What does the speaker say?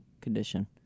condition